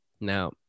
Now